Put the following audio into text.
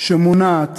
שמונעת